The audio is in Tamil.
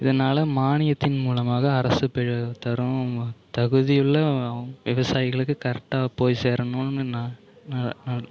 இதனால் மானியத்தின் மூலமாக அரசு பிள தரும் தகுதி உள்ள விவசாயிகளுக்கு கரெக்டாக போய் சேரணும்னு நான்